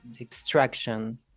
extraction